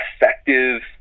effective